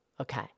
Okay